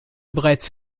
bereits